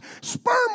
Sperm